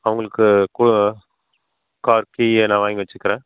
அவங்களுக்கு car key எதுனா வாங்கி வைச்சிருக்குறேன்